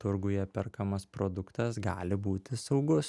turguje perkamas produktas gali būti saugus